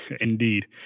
Indeed